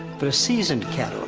but a seasoned cat owner,